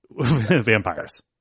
Vampires